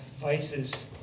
vices